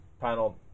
Panel